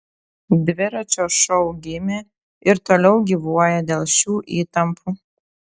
dviračio šou gimė ir toliau gyvuoja dėl šių įtampų